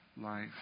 life